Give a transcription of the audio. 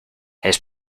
his